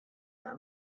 them